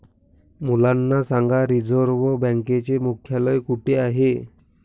मुलांना सांगा रिझर्व्ह बँकेचे मुख्यालय कुठे आहे